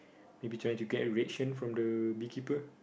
maybe trying to get a reaction from the bee keeper